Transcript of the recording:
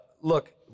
look